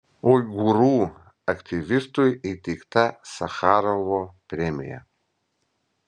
uigūrų aktyvistui įteikta sacharovo premija